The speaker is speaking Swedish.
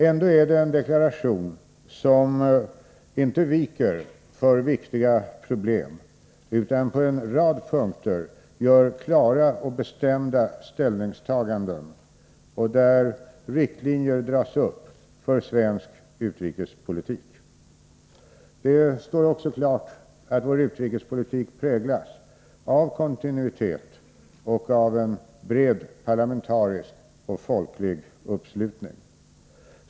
Ändå är det en deklaration som inte viker för viktiga problem utan på en rad punkter gör klara och bestämda ställningstaganden och drar upp riktlinjer för svensk utrikespolitik. Det står också klart att vår utrikespolitik präglas av kontinuitet och att det är en bred parlamentarisk och folklig uppslutning kring den.